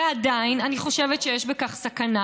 ועדיין אני חושבת שיש בכך סכנה.